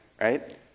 right